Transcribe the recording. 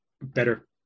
better